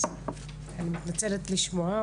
אז אני מתנצלת לשמוע,